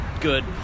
good